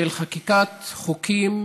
של חקיקת חוקים